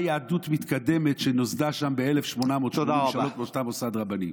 יהדות מתקדמת שנוסדה שם ב-1883 באותו מוסד רבני.